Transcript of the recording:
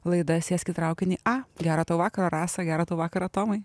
laida sėsk į traukinį a gero tau vakaro rasa gero tai vakaro tomai